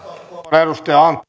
arvoisa puhemies